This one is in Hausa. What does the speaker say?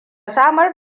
samar